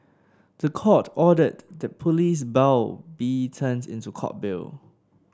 the Court ordered that police bail be turned into Court bail